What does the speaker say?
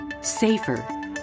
safer